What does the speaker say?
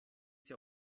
sie